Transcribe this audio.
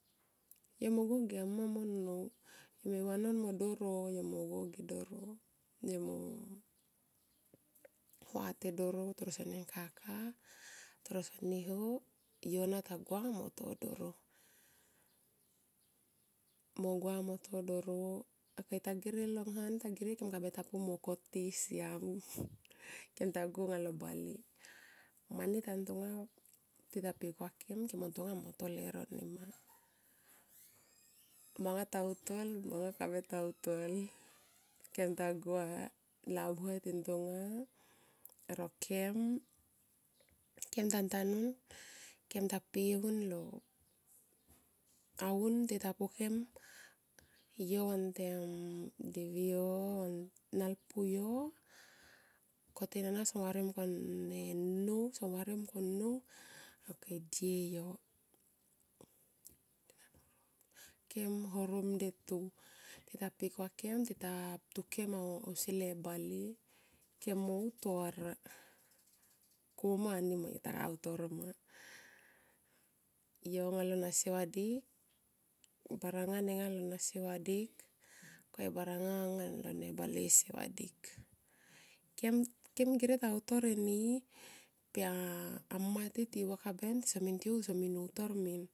Yo me go ge a mma mo nnou yo me vanon mo doro yo me go ge doro vate doro, toro sene kaka toro so ni ho yona ta gua mo to doro. Mo gua mo to doro ok tagirie lo ngha ni tagirie kem kata pu mo koti siam kem ta go anga lo bale mani tantonga ti ta pikua kem kem mon ntonga kem mo to lero nima. Manga ta uto manga kabe ta utol. Kem ta gua labuhe tintonga ra kem. Kem ta tanum kem ta pi un lo aun tita po kem yo vantem clevi yo. nalpu yo koten ana song var yo mungkone nnou ok chie yo. Kem horo mdetu tita pikua kem tita pyu kem ausi le bale kem mo utor kuma nima yo taga utor enima yo nga lo nasivadik. baranga lo nasi vadik. Kem, kem gere ta utor eni per amma ti. tiva kaben per amma tiva ka ben tso mintio tsomin utor min